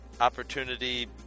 opportunity